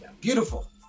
Beautiful